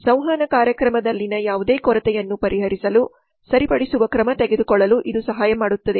ಸಂವಹನ ಕಾರ್ಯಕ್ರಮದಲ್ಲಿನ ಯಾವುದೇ ಕೊರತೆಯನ್ನು ಪರಿಹರಿಸಲು ಸರಿಪಡಿಸುವ ಕ್ರಮ ತೆಗೆದುಕೊಳ್ಳಲು ಇದು ಸಹಾಯ ಮಾಡುತ್ತದೆ